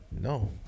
no